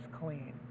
clean